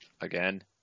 again